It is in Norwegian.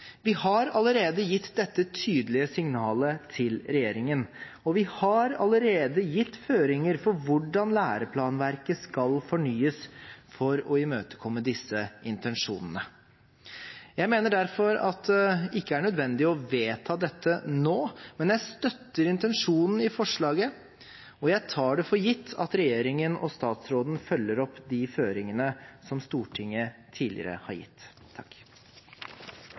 Vi har allerede gitt dette tydelige signalet til regjeringen, og vi har allerede gitt føringer for hvordan læreplanverket skal fornyes for å imøtekomme disse intensjonene. Jeg mener derfor at det ikke er nødvendig å vedta dette nå, men jeg støtter intensjonen i forslaget, og jeg tar for gitt at regjeringen og statsråden følger opp de føringene som Stortinget tidligere har gitt.